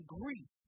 grief